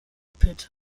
pit